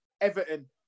Everton